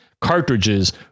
cartridges